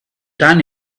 done